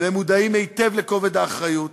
והם מודעים היטב לכובד האחריות.